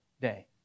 day